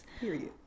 Period